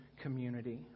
community